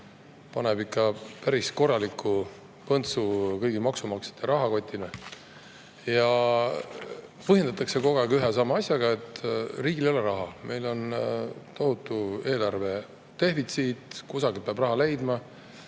paneb ikka päris korraliku põntsu kõigi maksumaksjate rahakotile. Põhjendatakse kogu aeg ühe ja sama asjaga, et riigil ei ole raha, meil on tohutu eelarvedefitsiit, kusagilt peab raha leidma.